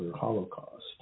holocaust